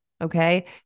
Okay